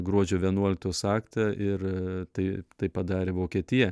gruodžio vienuoliktos aktą ir tai tai padarė vokietija